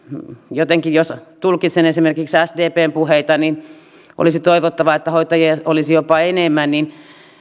jotenkin jos tulkitsen esimerkiksi sdpn puheita niin olisi toivottavaa että hoitajia olisi jopa enemmän niin